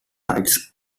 rights